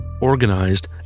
organized